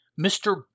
Mr